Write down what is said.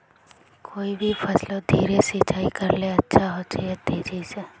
कोई भी फसलोत धीरे सिंचाई करले अच्छा होचे या तेजी से?